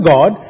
God